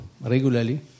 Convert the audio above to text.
regularly